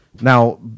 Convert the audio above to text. Now